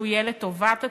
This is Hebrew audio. שיהיה לטובת הציבור.